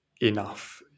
enough